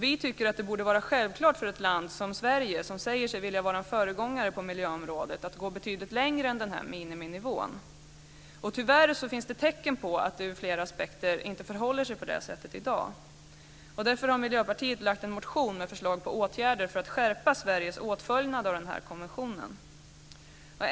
Vi tycker att det borde vara självklart för ett land som Sverige, som säger sig vilja vara en föregångare på miljöområdet, att gå betydligt längre än den här miniminivån. Tyvärr finns det tecken på att det ur flera aspekter inte förhåller sig på det sättet i dag. Därför har Miljöpartiet en motion med förslag på åtgärder för att skärpa Sveriges åtföljande av den här konventionen.